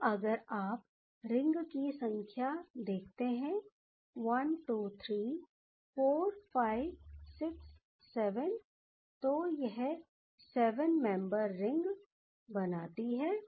तो अगर आप रिंग की संख्या आप देखते हैं 1 2 3 4 5 6 7 तो यह 7 मेंबर रिंग बनती है